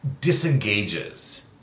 disengages